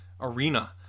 arena